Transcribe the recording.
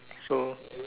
so